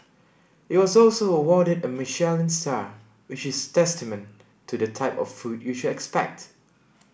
it was also awarded a Michelin star which is testament to the type of food you should expect